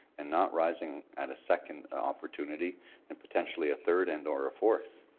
and not rising at a second opportunity and potentially a third and or a fourth.